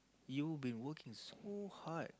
you been working so hard